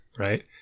Right